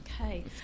Okay